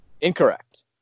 Incorrect